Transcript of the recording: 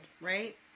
right